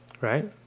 Right